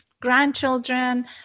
grandchildren